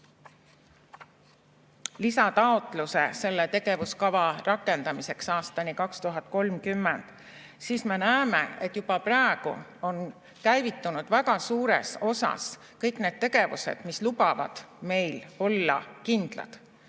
lisataotluse selle tegevuskava rakendamiseks aastani 2030, siis me näeme, et juba praegu on käivitunud väga suures osas kõik need tegevused, mis lubavad meil olla kindlad,